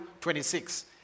26